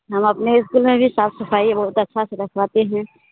हम अपने स्कूल में भी साफ़ सफ़ाई बहुत अच्छी से रखवाते हैं